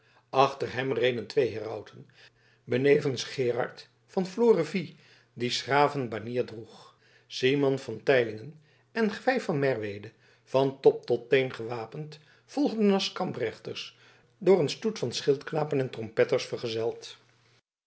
achter hem reden twee herauten benevens gerard van florevy die s graven banier droeg simon van teylingen en gwij van de merwede van top tot teen gewapend volgden als kamprechters door een stoet van schildknapen en trompetters vergezeld